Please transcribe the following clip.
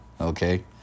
Okay